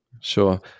Sure